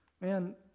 Man